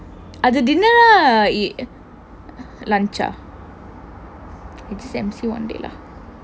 அது:athu dinner ah lunch ah